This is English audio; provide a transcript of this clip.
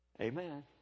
Amen